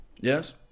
Yes